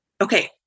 Okay